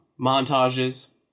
montages